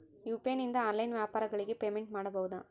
UPI ನಿಂದ online ವ್ಯಾಪಾರಗಳಿಗೆ payment ಮಾಡಬಹುದಾ?